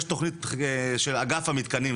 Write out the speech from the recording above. יש תכנית של אגף המתקנים,